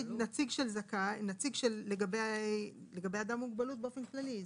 להגיד לגבי אדם עם מוגבלות באופן כללי,